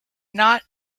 not